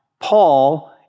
Paul